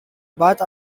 bath